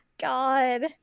God